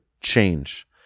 change